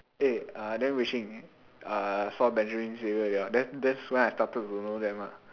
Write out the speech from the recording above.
eh uh then Wei-Shin uh saw Benjamin Xavier they all then that's when I started to know them ah